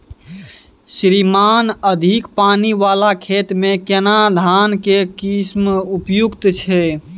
श्रीमान अधिक पानी वाला खेत में केना धान के किस्म उपयुक्त छैय?